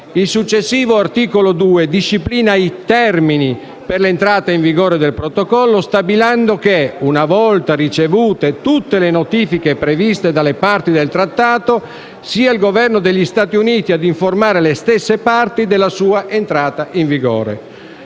Il successivo articolo 2 disciplina i termini per l'entrata in vigore del Protocollo, stabilendo che, una volta ricevute tutte le notifiche previste dalle parti del Trattato, sia il Governo degli Stati Uniti a informare le stesse parti della sua entrata in vigore.